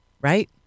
right